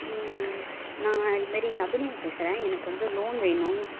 நான் இது மாரி அபிநயா பேசுகிறேன் எனக்கு வந்து லோன் வேணும்